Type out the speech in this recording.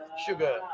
Sugar